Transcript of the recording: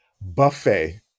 buffet